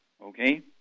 okay